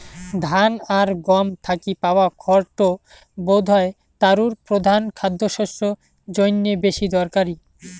ধান আর গম থাকি পাওয়া খড় টো বোধহয় তারুর প্রধান খাদ্যশস্য জইন্যে বেশি দরকারি